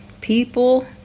people